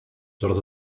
zodat